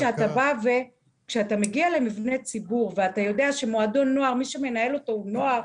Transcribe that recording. כשאתה מגיע למבנה ציבור ואתה יודע שמי שמנהל את מועדון הנוער הוא נוער,